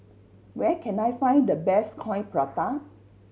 where can I find the best Coin Prata